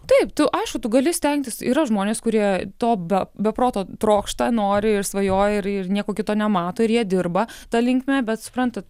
taip tu aišku tu gali stengtis yra žmonės kurie to be be proto trokšta nori ir svajoja ir ir nieko kito nemato ir jie dirba ta linkme bet suprantat